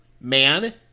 man